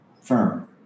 firm